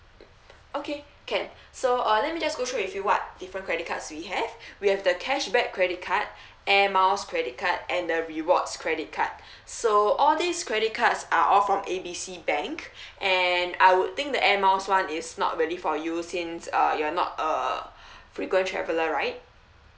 okay can so uh let me just go through with you what different credit cards we have we have the cashback credit card air miles credit card and the rewards credit card so all these credit cards are all from A B C bank and I would think the air miles one is not really for you since uh you are not a frequent traveller right